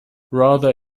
rather